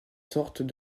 sortent